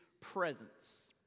presence